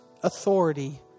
authority